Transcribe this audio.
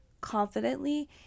confidently